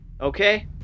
okay